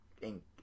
ink